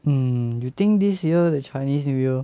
hmm you think this year the chinese new year